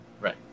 right